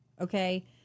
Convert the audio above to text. okay